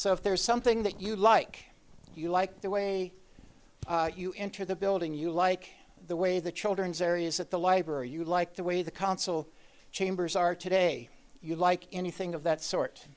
so if there is something that you like you like the way you enter the building you like the way the children's areas at the library you like the way the council chambers are today you like anything of that sort